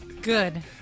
Good